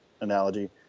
analogy